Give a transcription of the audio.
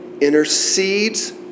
intercedes